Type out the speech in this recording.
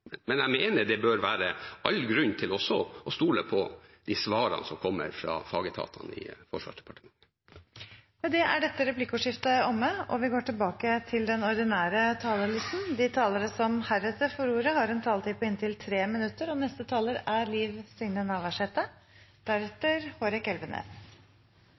Men jeg mener det bør være all grunn til også å stole på de svarene som kommer fra fagetatene i Forsvarsdepartementet. Med det er dette replikkordskiftet omme. De talere som heretter får ordet, har en taletid på inntil 3 minutter. Heilt sidan eg kom inn i utanriks- og forsvarskomiteen, er